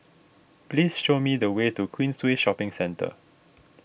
please show me the way to Queensway Shopping Centre